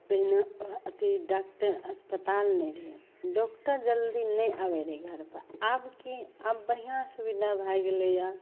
पहिले अथी डॉकटर अस्पताल नहि रहै डॉकटर जल्दी नहि आबै रहै घरपर आब कि आब बढ़िआँ सुविधा भै गेलैए